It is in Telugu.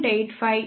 85 0